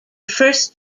first